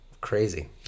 Crazy